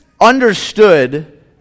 understood